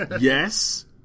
Yes